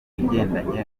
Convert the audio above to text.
ibigendanye